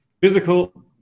physical